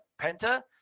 Penta